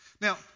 Now